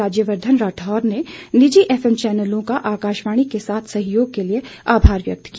राज्यवर्धन राठौड़ ने निजी एफएम चैनलों का आकाशवाणी के साथ सहयोग के लिए आभार व्यक्त किया